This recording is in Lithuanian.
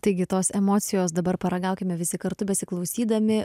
taigi tos emocijos dabar paragaukime visi kartu besiklausydami